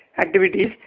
activities